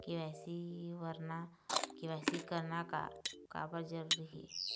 KYC करना का बर जरूरी हे?